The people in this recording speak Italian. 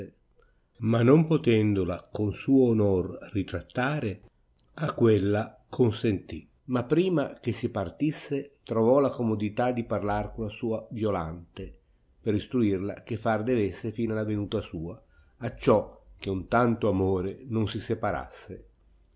ma non potendola con suo onor ritrattare a quella consenti ma prima che si partisse trovò la comodità di parlar con la sua violante per instruirla che far devesse fin alla venuta sua acciò che un tanio amore non si separasse